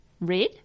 red